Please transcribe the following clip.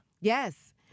Yes